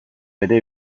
bere